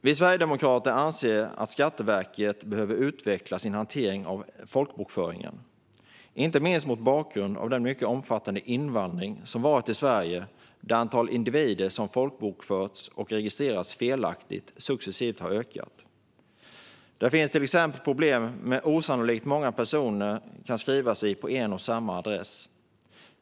Vi sverigedemokrater anser att Skatteverket behöver utveckla sin hantering av folkbokföringen, inte minst mot bakgrund av den mycket omfattande invandring som skett till Sverige där antalet individer som folkbokförts och registrerats felaktigt successivt har ökat. Det finns till exempel problem med att osannolikt många personer kan skriva sig på en och samma adress.